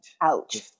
ouch